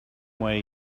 way